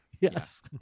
Yes